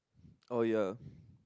oh ya